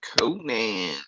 Conan